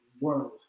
world